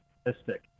statistic